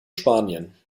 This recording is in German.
spanien